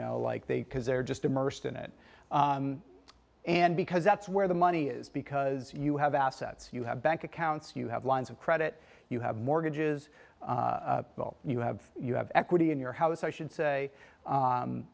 know like they cause they're just immersed in it and because that's where the money is because you have assets you have bank accounts you have lines of credit you have mortgages you have you have equity in your house i should say